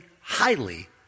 highly